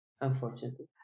unfortunately